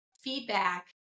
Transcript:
feedback